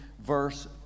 verse